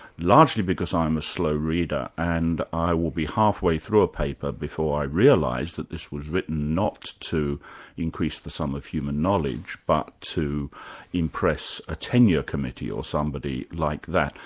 largely because i'm a slow reader and i will be half-way through a paper before i realise that this was written not to increase the sum of human knowledge, but to impress a tenure committee or somebody like that.